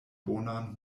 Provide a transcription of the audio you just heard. bonan